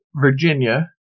Virginia